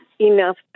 enough